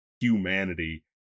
humanity